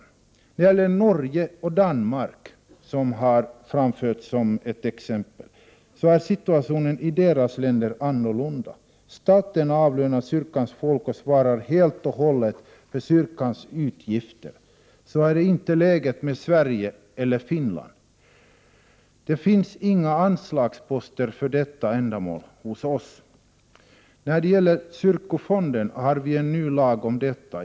När det gäller Norge och Danmark, som har framhållits som exempel, är situationen annorlunda. Där avlönar staten kyrkans folk och svarar helt och hållet för kyrkans utgifter. Så är inte fallet i Sverige eller Finland. Det finns inga anslagsposter för detta ändamål hos oss. När det gäller kyrkofonden har vi en ny lag.